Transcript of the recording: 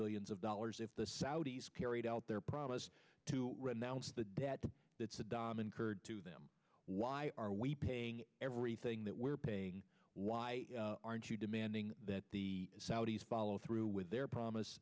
billions of dollars if the saudis carried out their promise to renounce the debt that saddam incurred to them why are we paying everything that we're paying why aren't you demanding that the saudis follow through with their promise